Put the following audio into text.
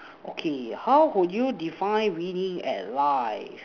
okay how would you define winning at life